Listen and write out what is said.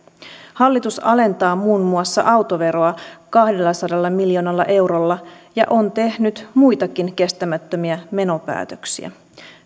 hallitus alentaa muun muassa autoveroa kahdellasadalla miljoonalla eurolla ja on tehnyt muitakin kestämättömiä menopäätöksiä